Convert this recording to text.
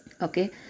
okay